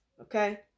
okay